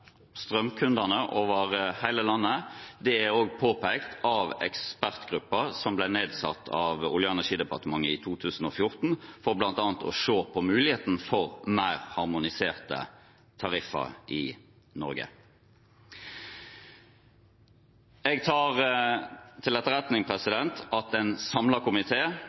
strømkundene over hele landet, er også påpekt av ekspertgrupper som ble nedsatt av Olje- og energidepartementet i 2014 for bl.a. å se på muligheten for mer harmoniserte tariffer i Norge. Jeg tar til etterretning at en